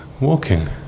walking